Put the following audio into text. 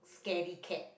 scared cat